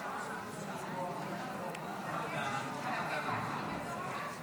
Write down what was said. להלן תוצאות ההצבעה: